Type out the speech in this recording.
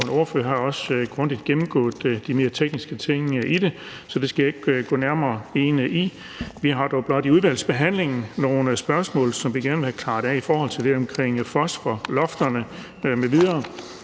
ordfører har også grundigt gennemgået de mere tekniske ting i det, så det skal jeg ikke gå nærmere ind i. Vi har dog blot i udvalgsbehandlingen nogle spørgsmål, som vi gerne vil have klaret af i forhold til det omkring fosforlofterne m.v.,